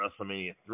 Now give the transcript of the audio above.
WrestleMania